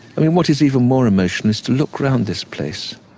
i mean, what is even more emotional is to look round this place.